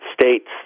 states